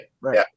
Right